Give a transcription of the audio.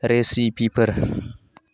रेसिपिफोर